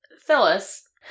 Phyllis